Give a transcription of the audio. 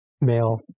male